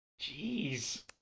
Jeez